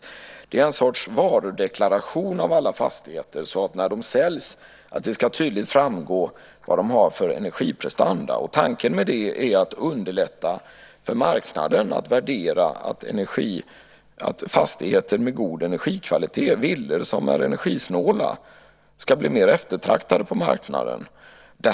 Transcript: Detta är en sorts varudeklaration av alla fastigheter så att det när de säljs tydligt ska framgå vad de har för energiprestanda. Tanken med det är att underlätta för marknaden att värdera att fastigheter med god energikvalitet, till exempel villor som är energisnåla, ska bli mer eftertraktade på marknaden.